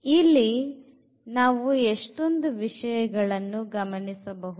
ಇಲ್ಲಿ ನಾವು ಎಷ್ಟೊಂದು ವಿಷಯಗಳನ್ನು ಗಮನಿಸಬಹುದು